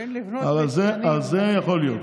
זה יכול להיות.